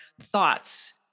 thoughts